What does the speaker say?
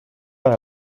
per